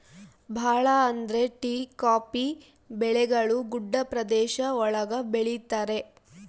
ಭಾಳ ಅಂದ್ರೆ tea coffee ಬೆಳೆಗಳು ಗುಡ್ಡ ಪ್ರದೇಶ ಒಳಗ ಬೆಳಿತರೆ